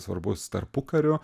svarbus tarpukariu